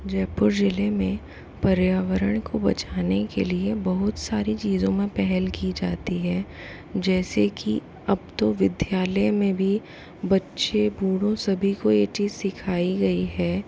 जयपुर ज़िले में पर्यावरण को बचाने के लिए बहुत सारी चीज़ों में पहल की जाती है जैसे कि अब तो विद्यालय में भी बच्चे बूढ़ों सभी को यह चीज़ सिखाई गयी है